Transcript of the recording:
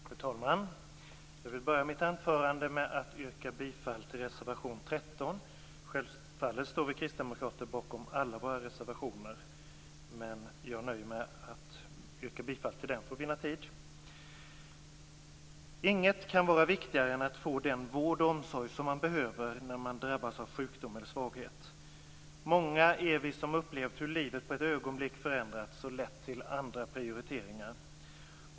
Fru talman! Jag vill börja mitt anförande med att yrka bifall till reservation 13. Självfallet står vi kristdemokrater bakom alla våra reservationer, men jag nöjer mig med att yrka bifall till denna för att vinna tid. Ingenting kan vara viktigare än att man får den vård och omsorg som man behöver när man drabbas av sjukdom eller svaghet. Många är vi som upplevt hur livet på ett ögonblick förändrats, och hur det har lett till andra prioriteringar.